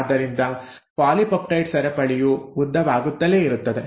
ಆದ್ದರಿಂದ ಪಾಲಿಪೆಪ್ಟೈಡ್ ಸರಪಳಿಯು ಉದ್ದವಾಗುತ್ತಲೇ ಇರುತ್ತದೆ